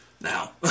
now